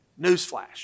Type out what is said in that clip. Newsflash